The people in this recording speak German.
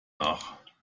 nach